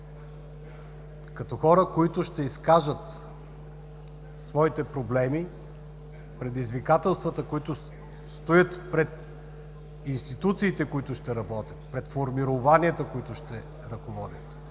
като хора, които ще изкажат своите проблеми, предизвикателствата, които стоят пред институциите, които ще работят, пред формированията, които ще ръководят,